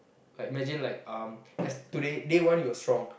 like imagine like um as today day one you're strong